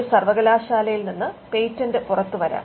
ഒരു സർവകലാശാലയിൽ നിന്ന് പേറ്റന്റ് പുറത്തുവരാം